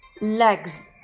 legs